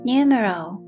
Numeral